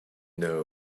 know